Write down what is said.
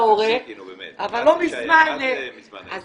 אבל לדעתי פשוט מזמן היית